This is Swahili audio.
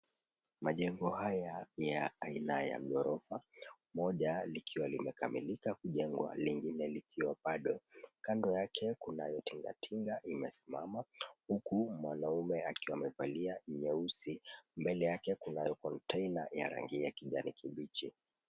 Majengo haya ni ya aina ya ghorofa moja likiwa limekamilika kujengwa lingine likiwa bado. Kando yake kuna tinga tinga imesimama huku mwanaume akiwa amevalia nyeusi, mbele yake kunayo kontena ya rangi ya kijani kibichi.